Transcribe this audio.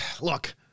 look